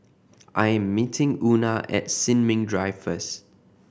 I am meeting Una at Sin Ming Drive first